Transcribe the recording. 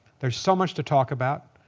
there's so much to talk about.